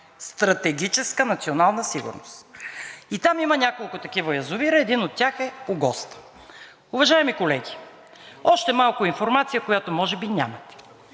Стратегическа национална сигурност! Там има няколко такива язовира, един от тях е Огоста. Уважаеми колеги, още малко информация, която може би нямате,